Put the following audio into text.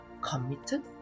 committed